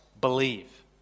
believe